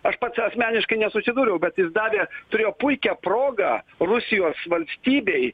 aš pats asmeniškai nesusidūriau bet jis davė turėjo puikią progą rusijos valstybei